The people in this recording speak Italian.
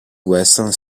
western